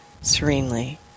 serenely